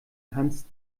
hans